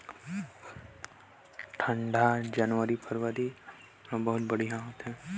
जोंदरी के फसल बर कोन सा मौसम हवे ठीक हे अउर ऊपज कतेक होही?